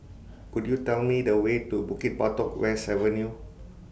Could YOU Tell Me The Way to Bukit Batok West Avenue